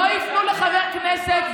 לא ייתנו לחבר הכנסת,